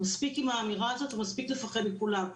מספיק עם האמירה הזאת ומספיק לפחד מכולם,